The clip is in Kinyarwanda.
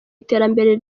iterambere